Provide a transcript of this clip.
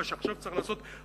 מה שעכשיו צריך לעשות,